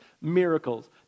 miracles